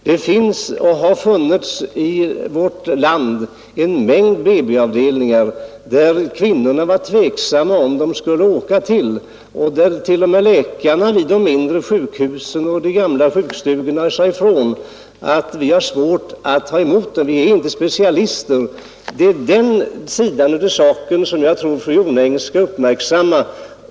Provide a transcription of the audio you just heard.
Det finns och har funnits i vårt land en mängd BB-avdelningar, som kvinnorna har tvekat att åka till. Och t.o.m. läkarna vid de mindre sjukhusen och de gamla sjukstugorna sade ifrån att vi har svårt att ta emot barnaföderskor, vi är inte specialister. Det är den sidan av saken som jag tror fru Jonäng skall uppmärksamma.